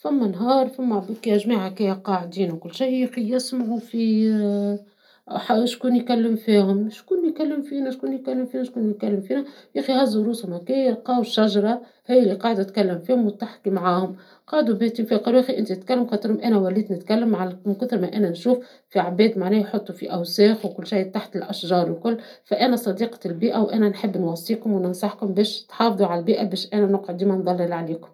فما نهار فما هكا جماعة قاعدين وكل شي يخي يسمعوا في شكون يكلم فيهم ،شكون يكلم فينا ، شكون يكلم فينا ،يخي هزو روسهم هكايا لقاة شجرة هي لي قاعدة تكلم فيهم وتحكي معاهم ، قعدو يكلموا فيها قالولها أنتي تتكلم ، قالتلهم أنا وليت نتكلم من كثر أنا ونشوف في عباد يحطوا أوساخ وكل شي تحت الأشجار ، فأنا صديقة البيئة ، وأنا نحب نوصيكم وننصحكم باش تحافظوا على البيئة ، باش أنا نقعد ديما نضلل عليكم.